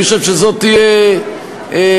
אני חושב שזו תהיה רמייה,